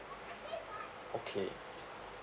okay